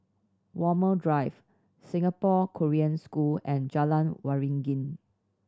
Walmer Drive Singapore Korean School and Jalan Waringin